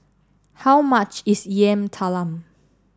how much is Yam Talam